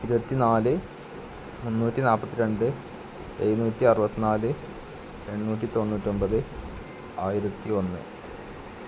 ഇരുപത്തി നാല് മുന്നൂറ്റി നാല്പത്തിരണ്ട് എഴുന്നൂറ്റി അറുപത്തി നാല് എണ്ണൂറ്റി തൊണ്ണൂറ്റിയൊന്പത് ആയിരത്തി ഒന്ന്